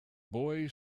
boy